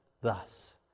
thus